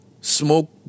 Smoke